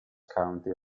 county